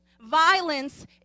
violence